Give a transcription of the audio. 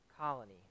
colony